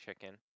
chicken